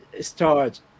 start